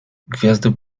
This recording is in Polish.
gwiazdy